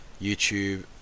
youtube